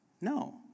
no